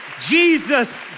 Jesus